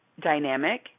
dynamic